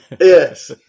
Yes